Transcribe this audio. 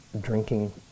drinking